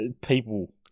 people